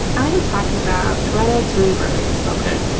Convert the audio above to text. i am talking about greta thunberg ok,